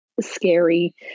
scary